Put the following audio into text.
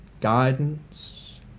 Guidance